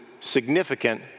significant